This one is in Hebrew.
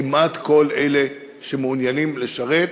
כמעט לכל אלה שמעוניינים לשרת